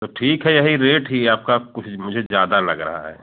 तो ठीक है यही रेट ही आपका कुछ मुझे ज़्यादा लग रहा है